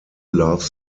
loves